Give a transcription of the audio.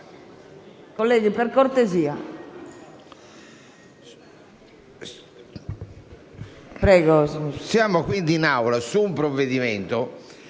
Colleghi, per cortesia.